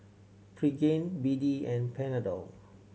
Pregain B D and Panadol